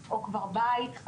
למשרד.